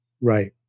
Right